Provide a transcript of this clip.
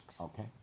Okay